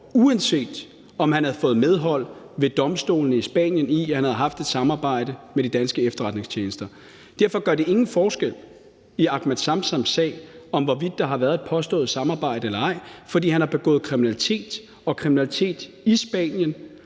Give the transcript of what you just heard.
uanset om han havde fået medhold ved domstolene i Spanien i, at han havde haft et samarbejde med de danske efterretningstjenester. Derfor gør det ingen forskel i Ahmed Samsams sag, hvorvidt der har været et påstået samarbejde eller ej, for han har begået kriminalitet – kriminalitet i Spanien